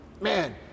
man